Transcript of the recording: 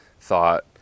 thought